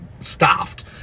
staffed